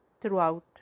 throughout